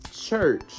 church